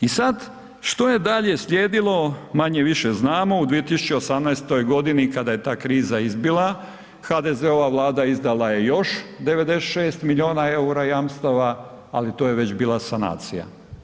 I sada što je dalje slijedilo, manje-više znamo u 2018- godini kada je ta kriza izbila, HDZ-ova Vlada izdala je još 96 milijuna eura jamstava, ali to je već bila sanacija.